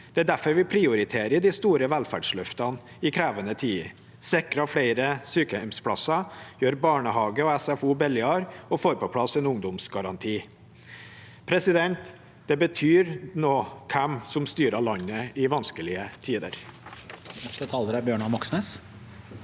Det er derfor vi prioriterer de store velferdsløftene i krevende tider: Vi sikrer flere sykehjemsplasser, gjør barnehage og SFO billigere og får på plass en ungdomsgaranti. Det betyr noe hvem som styrer landet i vanskelige tider. Bjørnar Moxnes